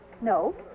No